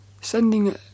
sending